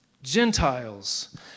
Gentiles